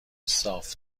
صاف